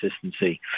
consistency